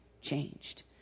changed